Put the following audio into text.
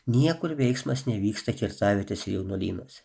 niekur veiksmas nevyksta kirtavietėse jaunuolynuose